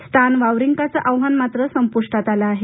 स्टान वावारींकाचं आव्हान मात्र संपुष्टात आलं आहे